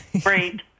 great